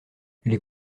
les